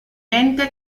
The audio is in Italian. lente